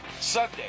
Sunday